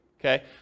okay